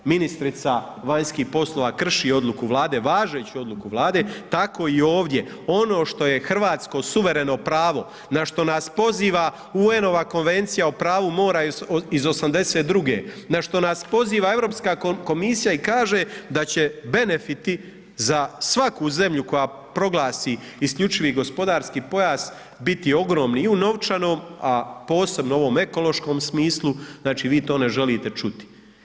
Ministrica vanjskih poslova krši odluku Vlade, važeću odluku Vlade, tako i ovdje, ono što je hrvatsko suvereno pravo, na što nas poziva UN-ova konvencija o pravu mora iz 82.-e, na što nas poziva EU komisija i kaže da će benefiti za svaku zemlju koja proglasi isključivi gospodarski pojas biti ogromni i u novčanom, a posebno ovom ekološkom smislu, znači vi to ne želite čuti.